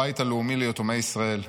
הבית הלאומי ליתומי ישראל.